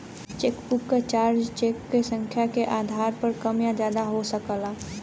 chequebook क charge cheque क संख्या के आधार पर कम या ज्यादा हो सकला